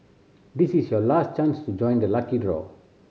this is your last chance to join the lucky draw